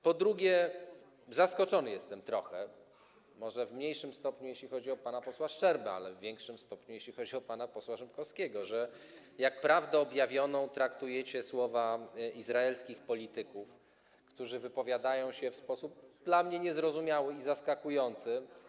Po drugie, jestem trochę zaskoczony, może w mniejszym stopniu, jeśli chodzi o pana posła Szczerbę, ale w większym stopniu, jeśli chodzi o pana posła Rzymkowskiego, że jak prawdę objawioną traktujecie słowa izraelskich polityków, którzy wypowiadają się w sposób dla mnie niezrozumiały i zaskakujący.